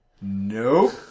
Nope